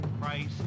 christ